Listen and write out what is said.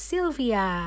Sylvia